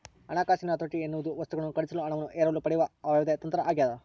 ಹಣಕಾಸಿನಲ್ಲಿ ಹತೋಟಿ ಎನ್ನುವುದು ವಸ್ತುಗಳನ್ನು ಖರೀದಿಸಲು ಹಣವನ್ನು ಎರವಲು ಪಡೆಯುವ ಯಾವುದೇ ತಂತ್ರ ಆಗ್ಯದ